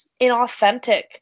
inauthentic